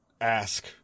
ask